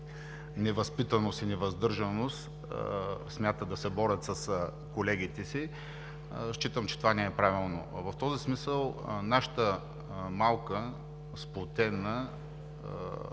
невъзпитаност и невъздържаност, смятат да се борят с колегите си. Считам, че това не е правилно. В този смисъл нашата малка, сплотена